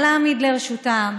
מה להעמיד לרשותם,